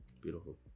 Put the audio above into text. Beautiful